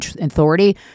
authority